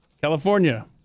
California